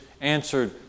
answered